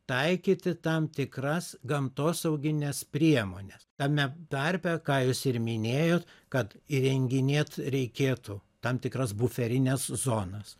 taikyti tam tikras gamtosaugines priemones tame tarpe ką jūs ir minėjot kad įrenginėt reikėtų tam tikras buferines zonas